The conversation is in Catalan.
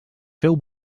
feu